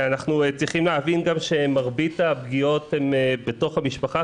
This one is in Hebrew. ואנחנו צריכים להבין גם שמרבית הפגיעות הן בתוך המשפחה,